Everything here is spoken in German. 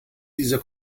dieser